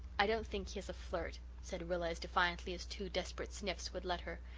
i don't think he's a flirt, said rilla as defiantly as two desperate sniffs would let her.